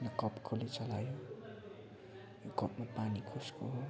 यो कप कसले चलायो यो कपमा पानी कसको हो